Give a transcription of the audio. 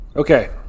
Okay